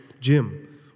Jim